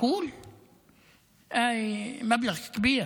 (אומר בערבית: